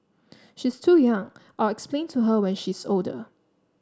she's too young I'll explain to her when she's older